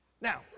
Now